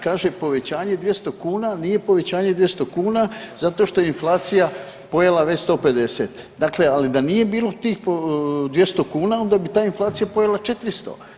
Kaže povećanje 200 kuna, nije povećanje 200 kuna zato što je inflacija pojela već 150, dakle ali da nije bilo tih 200 kuna onda bi ta inflacija pojela 400.